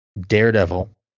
Daredevil